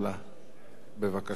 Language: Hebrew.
בבקשה.